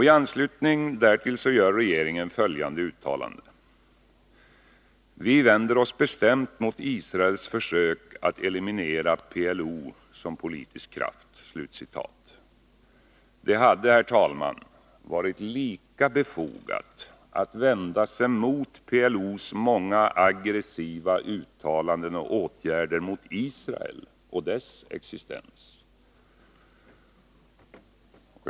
I anslutning därtill gör regeringen följande uttalande: ”Vi vänder oss bestämt mot Israels försök att eliminera PLO som politisk kraft.” Det hade, herr talman, varit lika befogat att vända sig mot PLO:s många aggressiva uttalanden och åtgärder mot Israel och dess existens.